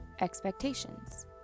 expectations